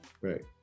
Right